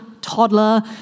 toddler